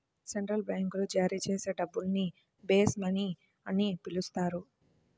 central బ్యాంకులు జారీ చేసే డబ్బుల్ని బేస్ మనీ అని పిలుస్తారు